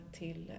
till